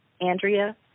Andrea